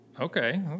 okay